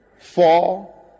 four